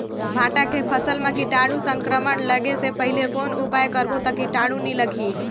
भांटा के फसल मां कीटाणु संक्रमण लगे से पहले कौन उपाय करबो ता कीटाणु नी लगही?